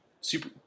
Super